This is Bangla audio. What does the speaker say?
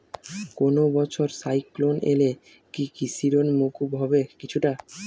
কোনো বছর সাইক্লোন এলে কি কৃষি ঋণ মকুব হবে কিছুটা?